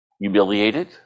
humiliated